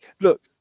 look